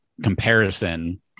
comparison